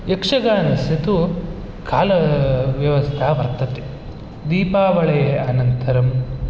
यक्षगानस्य तु काल व्यवस्था वर्तते दीलापळेः अन्तरं